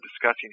discussing